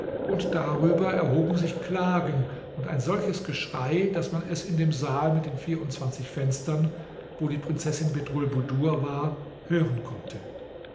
und darüber erhoben sich klagen und ein solches geschrei daß man es in dem saal mit den vierundzwanzig fenstern wo die prinzessin bedrulbudur war hören konnte